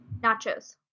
Nachos